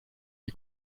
die